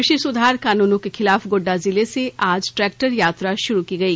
कृषि सुधार कानूनों के खिलाफ गोड्डा जिले से आज ट्रैक्टर यात्रा शुरू की गई